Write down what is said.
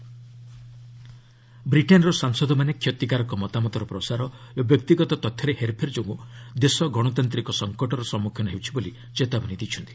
UK MPs ବ୍ରିଟେନ୍ର ସାଂସଦମାନେ କ୍ଷତିକାରକ ମତାମତର ପ୍ରସାର ଓ ବ୍ୟକ୍ତିଗତ ତଥ୍ୟରେ ହେର୍ଫେର୍ ଯୋଗୁଁ ଦେଶ ଗଣତାନ୍ତିକ ସଙ୍କଟର ସମ୍ମୁଖୀନ ହେଉଛି ବୋଲି ଚେତାବନୀ ଦେଇଛନ୍ତି